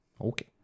Okay